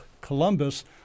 Columbus